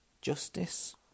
justice